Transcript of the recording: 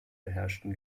beherrschten